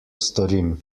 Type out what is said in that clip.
storim